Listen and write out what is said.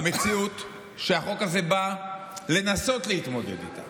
המציאות שהחוק הזה בא לנסות להתמודד איתה